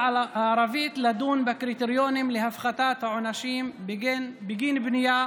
הערבית לדון בקריטריונים להפחתת העונשים בגין בנייה